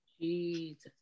Jesus